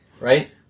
right